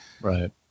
Right